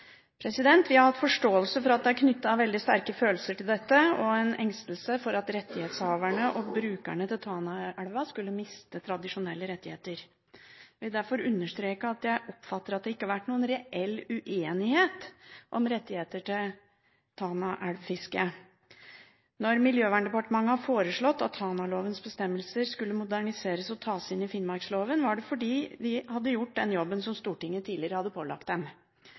Vi har hatt forståelse for at det er knyttet veldig sterke følelser til dette, og at det er en engstelse for at rettighetshaverne til, og brukerne av, Tanaelva skal miste tradisjonelle rettigheter. Jeg vil derfor understreke at jeg oppfatter at det ikke har vært noen reell uenighet om rettigheter til fisket i Tanaelva. Når Miljøverndepartementet har foreslått at Tanalovens bestemmelser skal moderniseres og tas inn i finnmarksloven, er det fordi de har gjort den jobben Stortinget tidligere har pålagt dem.